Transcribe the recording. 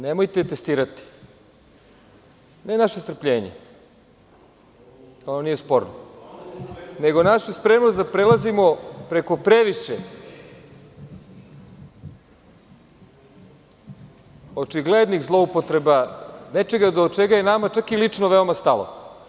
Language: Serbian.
Nemojte testirati, ne naše strpljenje, ono nije sporno, nego našu spremnost da prelazimo preko previše očiglednih zloupotreba nečega do čega je nama čak i lično veoma stalo.